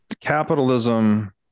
capitalism